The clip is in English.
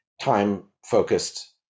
time-focused